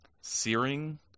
Searing